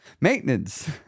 Maintenance